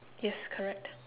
yes correct